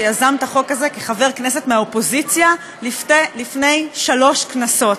שיזם את החוק הזה כחבר כנסת מהאופוזיציה לפני שלוש כנסות.